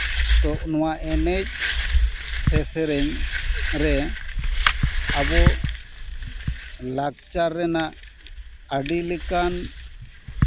ᱛᱚ ᱱᱚᱣᱟ ᱮᱱᱮᱡ ᱥᱮ ᱥᱮᱨᱮᱧ ᱨᱮ ᱟᱵᱚ ᱞᱟᱠᱪᱟᱨ ᱨᱮᱱᱟᱜ ᱟᱹᱰᱤ ᱞᱮᱠᱟᱱ